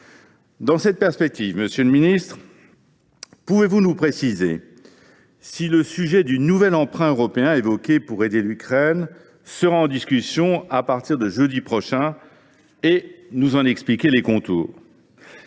Dans cette perspective, monsieur le ministre, pouvez vous nous préciser si le sujet du nouvel emprunt européen évoqué pour aider l’Ukraine sera en discussion à partir de jeudi prochain ? Pouvez vous également nous en expliquer les contours ?